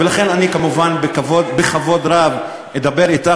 ולכן אני כמובן בכבוד רב אדבר אתך,